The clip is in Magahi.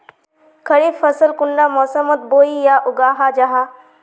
खरीफ फसल कुंडा मोसमोत बोई या उगाहा जाहा?